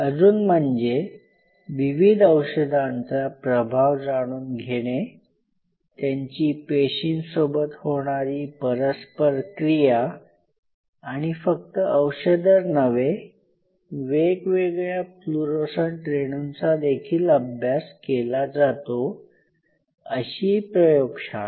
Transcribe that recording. अजून म्हणजे विविध औषधांचा प्रभाव जाणून घेणे त्यांची पेशींसोबत होणारी परस्पर क्रिया आणि फक्त औषधच नव्हे वेगवेगळ्या फ्लूरोसंट रेणूंचा देखील अभ्यास केला जातो अशी प्रयोगशाळा